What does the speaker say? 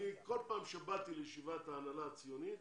כל פעם שבאתי לישיבת ההנהלה הציונית,